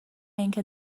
اینکه